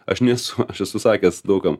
aš nes aš esu sakęs daug kam